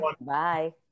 Bye